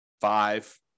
five